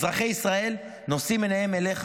אזרחי ישראל נושאים עיניים אליך,